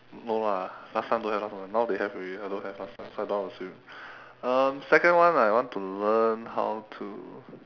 no lah last time don't have last time now they have already I don't have last time so I don't know to swim um second one I want to learn how to